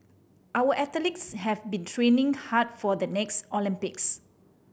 our athletes have been training hard for the next Olympics